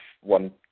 one